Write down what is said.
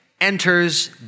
enters